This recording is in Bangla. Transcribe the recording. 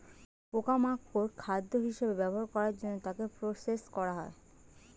পোকা মাকড় খাদ্য হিসেবে ব্যবহার করার জন্য তাকে প্রসেস করা হয়